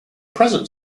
present